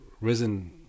risen